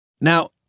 Now